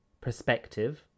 perspective